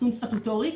תכנון סטטוטורי,